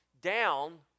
down